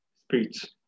speech